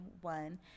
one